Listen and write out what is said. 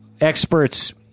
experts